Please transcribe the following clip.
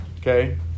Okay